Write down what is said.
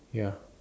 ya